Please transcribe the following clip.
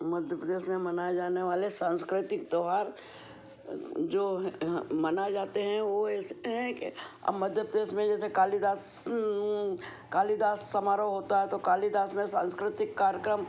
मध्य प्रदेश में मनाए जाने वाले सांस्कृतिक त्योहार जो यहाँ मनाए जाते हैं वो ऐसे हैं कि अब मध्य प्रदेश में जैसे कालिदास कालिदास समारोह होता है तो कालिदास में सांस्कृतिक कार्यक्रम